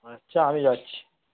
আচ্ছা আমি যাচ্ছি